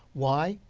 why?